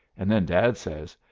and then dad says,